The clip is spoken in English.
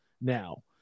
now